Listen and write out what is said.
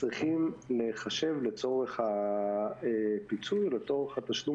צריכים להיחשב לצורך הפיצוי לצורך התשלום